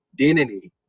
identity